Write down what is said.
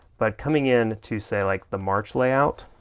but coming in to say like the march layout,